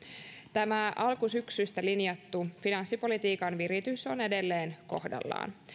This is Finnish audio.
tämä alkusyksystä linjattu finanssipolitiikan viritys on edelleen kohdallaan